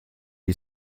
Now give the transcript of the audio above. you